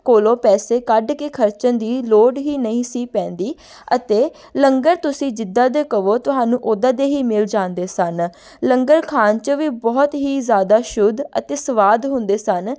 ਕੋਲੋਂ ਪੈਸੇ ਕੱਢ ਕੇ ਖਰਚਣ ਦੀ ਲੋੜ ਹੀ ਨਹੀਂ ਸੀ ਪੈਂਦੀ ਅਤੇ ਲੰਗਰ ਤੁਸੀਂ ਜਿੱਦਾਂ ਦੇ ਕਹੋ ਤੁਹਾਨੂੰ ਉੱਦਾਂ ਦੇ ਹੀ ਮਿਲ ਜਾਂਦੇ ਸਨ ਲੰਗਰ ਖਾਣ 'ਚ ਵੀ ਬਹੁਤ ਹੀ ਜ਼ਿਆਦਾ ਸ਼ੁੱਧ ਅਤੇ ਸਵਾਦ ਹੁੰਦੇ ਸਨ